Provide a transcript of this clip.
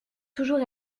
toujours